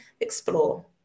explore